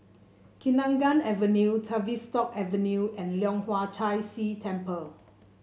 Kenanga Avenue Tavistock Avenue and Leong Hwa Chan Si Temple